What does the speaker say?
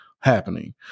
happening